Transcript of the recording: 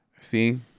See